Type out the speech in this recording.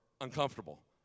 uncomfortable